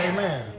Amen